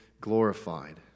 glorified